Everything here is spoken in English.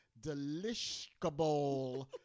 delishable